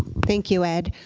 thank you, ed.